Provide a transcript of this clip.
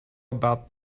about